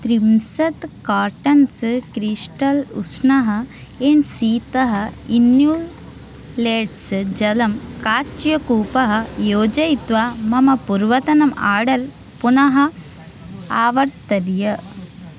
त्रिंशत् cartons crystal उष्णः and शीतः इन्युलेट्स् जलम् काच्यकूपः योजयित्वा मम पूर्वतनम् आर्डर् पुनः आवर्तय